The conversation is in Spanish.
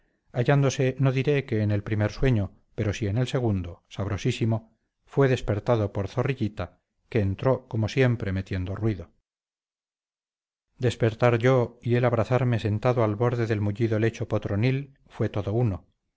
hallándose no diré que en el primer sueño pero sí en el segundo sabrosísimo fue despertado por zorrillita que entró como siempre metiendo ruido despertar yo y él abrazarme sentado al borde del mullido lecho potronil fue todo uno